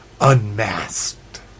unmasked